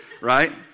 right